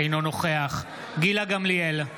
אינו נוכח גילה גמליאל,